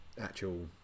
actual